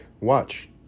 watch